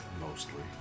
Mostly